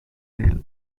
hill